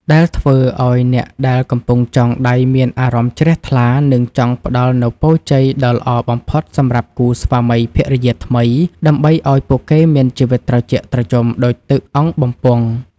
ដែលធ្វើឱ្យអ្នកដែលកំពុងចងដៃមានអារម្មណ៍ជ្រះថ្លា និងចង់ផ្តល់នូវពរជ័យដ៏ល្អបំផុតសម្រាប់គូស្វាមីភរិយាថ្មី ដើម្បីឱ្យពួកគេមានជីវិតត្រជាក់ត្រជុំដូចទឹកអង្គបំពង់។